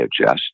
adjust